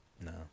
No